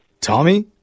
Tommy